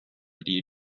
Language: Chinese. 比例